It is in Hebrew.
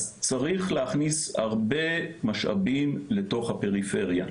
אז צריך להכניס הרבה משאבים לתוך הפריפריה,